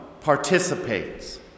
participates